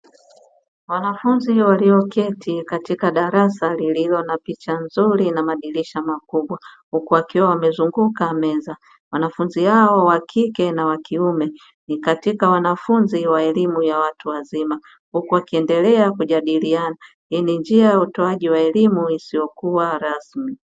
Wanafunzi walio keti katika darasa lililo na picha nzuri na madirisha makubwa, huku wakiwa wamezunguka meza wanafunzi hao wakike na kiume ni katika wanafunzi wa elimu ya watu wazima; huku wakiendelea kujadiliana hii ni njia ya utoaji wa elimu isiyokuwa rasmi.